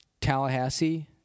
Tallahassee